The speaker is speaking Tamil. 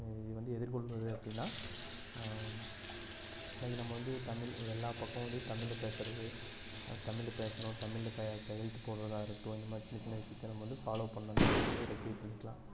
இதை வந்து எதிர்கொள்கிறது அப்படின்னா லைக் நம்ம வந்து தமிழ் எல்லா பக்கமும் வந்து தமிழ்ல பேசகிறது அது தமிழ்ல பேசணும் தமிழ்ல கை கையெலுத்து போடறதாக இருக்கட்டும் இந்த மாதிரி சின்ன சின்ன விஷயத்த நம்ப வந்து ஃபாலோவ் பண்ணுனா இதை வந்து ரெக்டிஃபை பண்ணிக்கலாம்